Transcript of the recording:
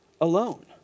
alone